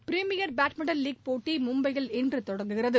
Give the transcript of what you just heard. premier badminton league போட்டி மும்பையில் இன்று தொடங்குகிறது